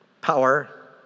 power